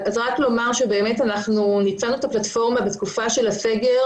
אנחנו ניצלנו את הפלטפורמה בתקופה של הסגר